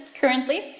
currently